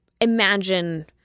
imagine